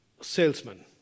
salesman